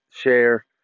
share